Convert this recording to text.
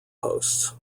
posts